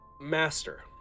Master